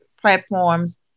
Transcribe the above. platforms